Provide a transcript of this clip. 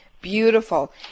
Beautiful